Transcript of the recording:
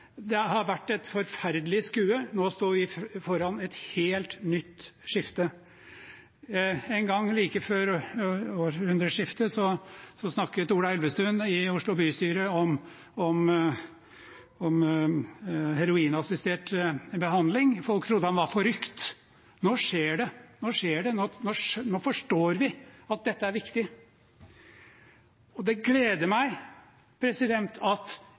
Det har vært et forferdelig skue. Nå står vi foran et helt nytt skifte. En gang like før århundreskiftet snakket Ola Elvestuen i Oslo bystyre om heroinassistert behandling. Folk trodde han var forrykt. Nå skjer det, nå forstår vi at dette er viktig. Det gleder meg å registrere at flertallet i denne salen er på lag med framtiden når det gjelder behandling av rusavhengige i dette landet, at